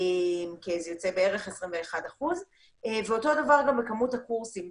זה יוצא בערך 21%. אותו דבר גם בכמות הקורסים,